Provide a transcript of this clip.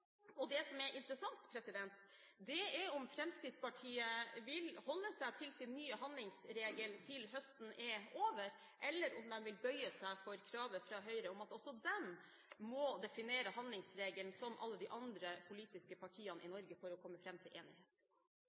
år. Det som er interessant, er om Fremskrittspartiet vil holde seg til sin nye handlingsregel til høsten er over, eller om de vil bøye seg for kravet fra Høyre om at også de må definere handlingsregelen, som alle de andre politiske partiene i Norge, for å komme fram til enighet.